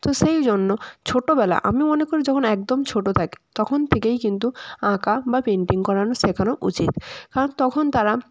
তো সেই জন্য ছোটোবেলা আমি মনে করি যখন একদম ছোটো থাকে তখন থেকেই কিন্তু আঁকা বা পেন্টিং করানো শেখানো উচিত কারণ তখন তারা